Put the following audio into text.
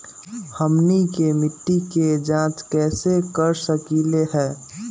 हमनी के मिट्टी के जाँच कैसे कर सकीले है?